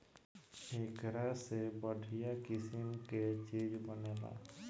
एकरा से बढ़िया किसिम के चीज बनेला